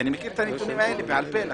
נכון, כי אני מכיר את הנתונים האלה בעל-פה.